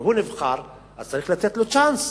והוא נבחר, אז צריך לתת לו צ'אנס.